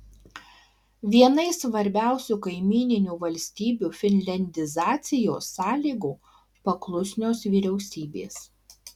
viena iš svarbiausių kaimyninių valstybių finliandizacijos sąlygų paklusnios vyriausybės